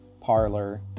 Parlor